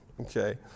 okay